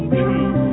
true